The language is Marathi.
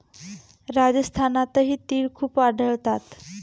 राजस्थानातही तिळ खूप आढळतात